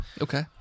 Okay